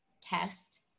test